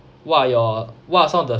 what are your what are some of the